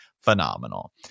phenomenal